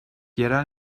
yerel